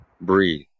breathe